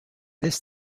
this